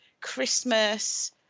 Christmas